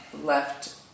left